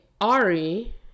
Ari